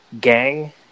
gang